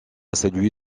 celui